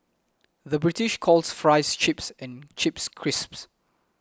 the British calls Fries Chips and Chips Crisps